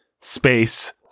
space